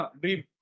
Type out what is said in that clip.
Dream